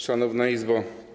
Szanowna Izbo!